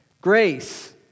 Grace